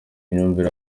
imyumvire